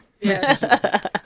Yes